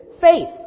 faith